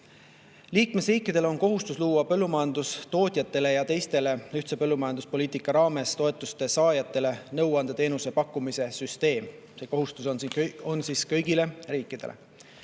Liikmesriikidel on kohustus luua põllumajandustootjatele ja teistele ühise põllumajanduspoliitika raames toetuste saajatele nõuandeteenuse pakkumise süsteem. See kohustus on kõigil riikidel,